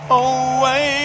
away